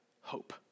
hope